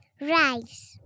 rice